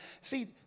See